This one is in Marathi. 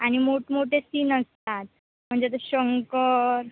आणि मोठमोठे सीन असतात म्हणजे आता शंकर